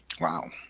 wow